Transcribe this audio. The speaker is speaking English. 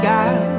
God